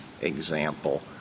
example